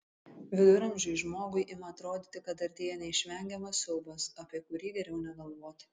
viduramžiui žmogui ima atrodyti kad artėja neišvengiamas siaubas apie kurį geriau negalvoti